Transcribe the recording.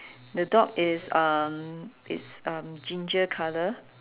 the dog is um is um ginger color